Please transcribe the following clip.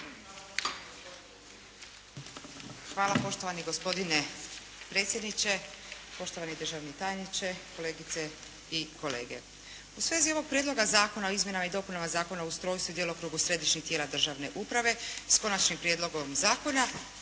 Hvala poštovani gospodine predsjedniče, poštovani državni tajniče, kolegice i kolege. U svezi ovoga Prijedloga zakona o izmjenama i dopunama Zakona o ustrojstvu i djelokrugu središnjih tijela državne uprave s Konačnim prijedlogom zakona